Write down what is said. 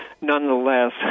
Nonetheless